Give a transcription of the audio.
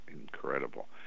incredible